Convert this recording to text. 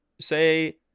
say